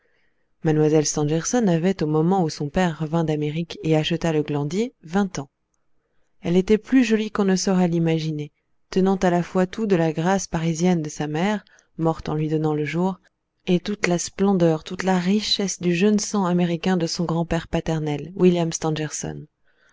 mlle stangerson avait au moment où son père revint d'amérique et acheta le glandier vingt ans elle était plus jolie qu'on ne saurait l'imaginer tenant à la fois toute la grâce parisienne de sa mère morte en lui donnant le jour et toute la splendeur toute la richesse du jeune sang américain de son grand-père paternel william